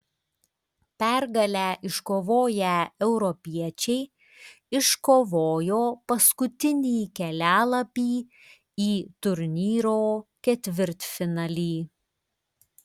pergalę iškovoję europiečiai iškovojo paskutinį kelialapį į turnyro ketvirtfinalį